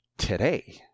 Today